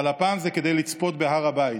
אבל הפעם זה כדי לצפות בהר הבית.